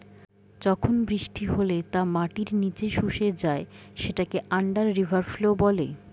যখন বৃষ্টি হলে তা মাটির নিচে শুষে যায় সেটাকে আন্ডার রিভার ফ্লো বলে